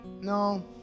No